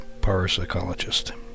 parapsychologist